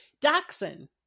Dachshund